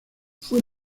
fue